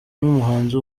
n’umuhanzi